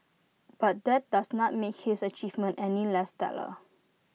but that does not make his achievements any less stellar